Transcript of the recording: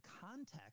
context